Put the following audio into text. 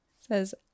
says